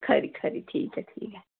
खरी खरी ठीक ऐ ठीक ऐ